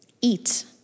eat